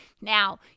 Now